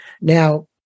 Now